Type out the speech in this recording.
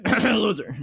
Loser